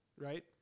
right